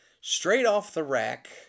straight-off-the-rack